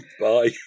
Bye